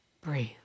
Breathe